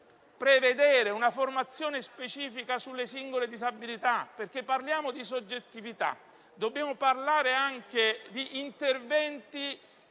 prevedere una formazione specifica sulle singole disabilità, perché, se parliamo di soggettività, dobbiamo parlare anche di interventi